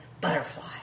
butterfly